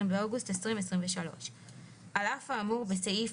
באוגוסט 2021. "(ב)על אף האמור בסעיף